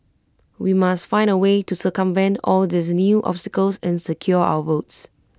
we must find A way to circumvent all these new obstacles and secure our votes